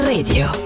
Radio